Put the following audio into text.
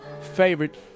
favorite